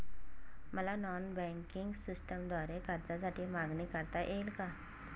मला non banking सिस्टमद्वारे कर्जासाठी मागणी करता येईल का?